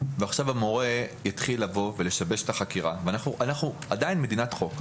והמורה ישבש את החקירה אנחנו עדיין מדינת חוק,